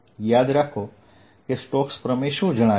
યાદ કરો કે સ્ટોક્સ પ્રમેય શું જણાવે છે